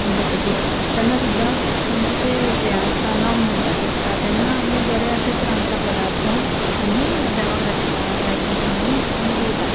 जातकीर तेन्ना सुद्दां आमचें तें हें आसता नंभ म्हणटा तें आसता तेन्ना आमी बरे अशेच रांदतात प्रदार्थ आनी देवाक दाखयता गायेक दाखयता आनी आमी जेवता